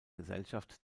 gesellschaft